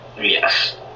Yes